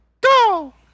Go